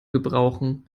gebrauchen